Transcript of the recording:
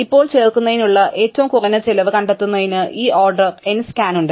ഇപ്പോൾ ചേർക്കുന്നതിനുള്ള ഏറ്റവും കുറഞ്ഞ ചിലവ് കണ്ടെത്തുന്നതിന് ഈ ഓർഡർ n സ്കാൻ ഉണ്ട്